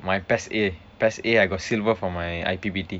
my P E S a P E S a I got silver for my I_P_P_T